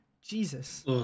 Jesus